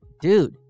Dude